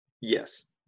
Yes